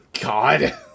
God